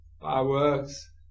fireworks